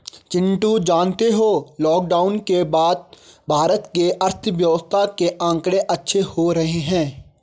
चिंटू जानते हो लॉकडाउन के बाद भारत के अर्थव्यवस्था के आंकड़े अच्छे हो रहे हैं